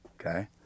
Okay